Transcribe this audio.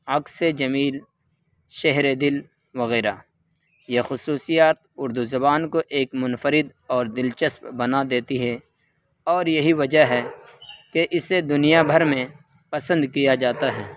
عکس جمیل شہر دل وغیرہ یہ خصوصیات اردو زبان کو ایک منفرد اور دلچسپ بنا دیتی ہیں اور یہی وجہ ہے کہ اسے دنیا بھر میں پسند کیا جاتا ہیں